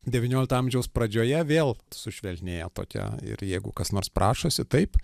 devyniolikto amžiaus pradžioje vėl sušvelnėja tokia ir jeigu kas nors prašosi taip